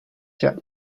jack